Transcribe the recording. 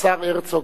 השר הרצוג,